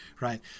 right